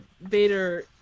Vader